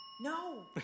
No